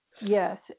yes